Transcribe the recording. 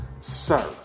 sir